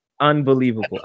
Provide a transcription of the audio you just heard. Unbelievable